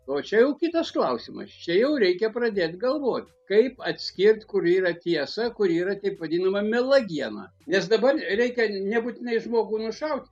o čia jau kitas klausimas čia jau reikia pradėt galvot kaip atskirt kur yra tiesa kur yra taip vadinama melagiena nes dabar reikia nebūtinai žmogų nušaut